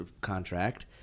contract